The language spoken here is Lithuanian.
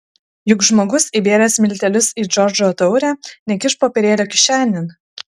juk žmogus įbėręs miltelius į džordžo taurę nekiš popierėlio kišenėn